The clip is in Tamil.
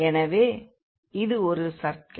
ஆகவே இது ஒரு சர்க்கிள்